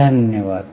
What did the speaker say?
धन्यवाद